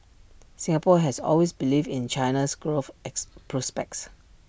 Singapore has always believed in China's growth is prospects